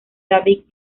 david